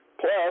Plus